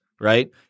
right